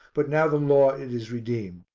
but now the law it is redeemed.